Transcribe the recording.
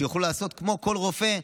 שיוכלו לעשות כמו כל רופא.